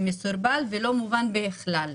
מסורבל ולא מובן בכלל.